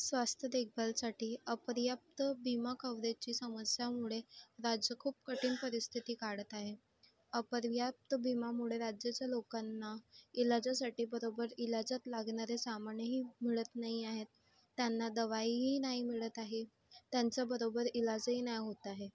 स्वास्थ्य देखभालीसाठी अपर्याप्त विमा कवरेजची समस्येमुळे राज्य खूप कठीण परिस्थिती काढत आहे अपर्याप्त विम्यामुळे राज्याच्या लोकांना इलाजासाठी बरोबर इलाजात लागणारे सामानही मिळत नाही आहेत त्यांना दवाईही नाही मिळत आहे त्यांचा बरोबर इलाजही नाही होत आहे